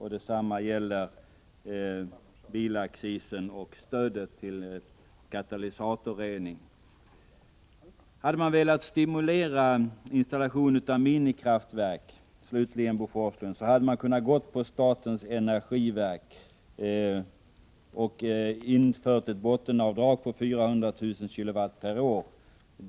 Detsamma gäller frågan om bilaccis och stödet till katalysatorrening. Hade utskottet velat stimulera installation av minikraftverk, Bo Forslund, hade det kunnat följa statens energiverks förslag och infört ett bottenavdrag på 400 000 kW per år.